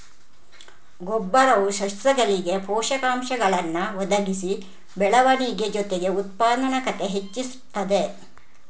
ಗೊಬ್ಬರವು ಸಸ್ಯಗಳಿಗೆ ಪೋಷಕಾಂಶಗಳನ್ನ ಒದಗಿಸಿ ಬೆಳವಣಿಗೆ ಜೊತೆಗೆ ಉತ್ಪಾದಕತೆ ಹೆಚ್ಚಿಸ್ತದೆ